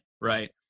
right